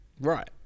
Right